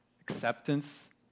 acceptance